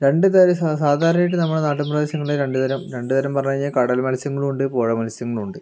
രണ്ട് തരം സാ സാധാരണയായിട്ട് നമ്മുടെ നാട്ടിൻ പ്രദേശത്ത് രണ്ട്തരം രണ്ട് തരം പറഞ്ഞ് കഴിഞ്ഞാൽ കടൽ മത്സ്യങ്ങളും ഉണ്ട് പുഴ മത്സ്യങ്ങളും ഉണ്ട്